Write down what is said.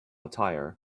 attire